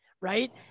right